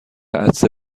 عطسه